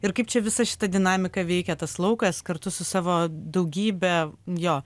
ir kaip čia visa šita dinamika veikia tas laukas kartu su savo daugybe jo